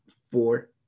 four